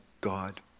God